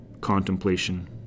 contemplation